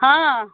हँ